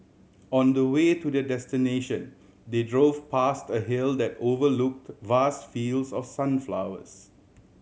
on the way to their destination they drove past a hill that overlooked vast fields of sunflowers